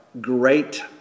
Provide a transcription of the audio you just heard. great